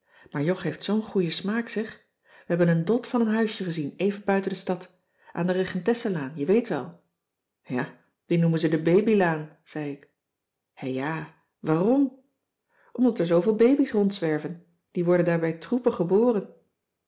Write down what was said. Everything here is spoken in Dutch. jog heeft zoo'n goeie smaak zeg we hebben een dot van een huisje gezien even buiten de stad aan de regentesselaan je weet wel ja die noemen ze de baby laan zei ik hè ja waarom omdat er zooveel baby's rondzwerven die worden daar bij troepen geboren